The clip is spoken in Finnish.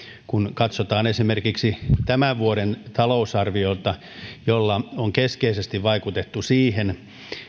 kun katsotaan esimerkiksi tämän vuoden talousarviota sillä on keskeisesti vaikutettu siihen